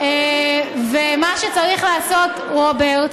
ומה שצריך לעשות, רוברט,